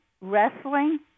wrestling